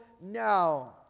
now